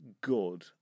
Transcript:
good